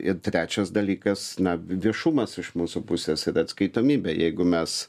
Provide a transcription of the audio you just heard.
ir trečias dalykas na viešumas iš mūsų pusės ir atskaitomybė jeigu mes